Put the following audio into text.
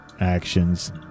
actions